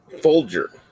Folger